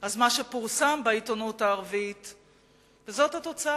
מה שפורסם בעיתונות הערבית זה התוצאה